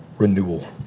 Renewal